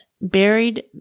buried